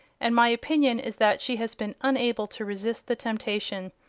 and my opinion is that she has been unable to resist the temptation.